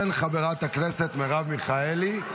של חברת הכנסת מרב מיכאלי.